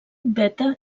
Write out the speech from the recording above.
beta